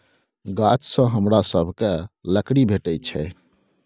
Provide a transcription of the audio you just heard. गाछसँ हमरा सभकए लकड़ी भेटैत छै